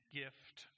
gift